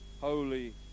holy